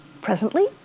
Presently